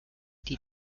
die